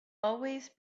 always